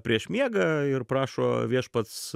prieš miegą ir prašo viešpats